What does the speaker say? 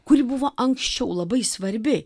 kuri buvo anksčiau labai svarbi